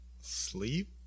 sleep